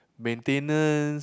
maintenance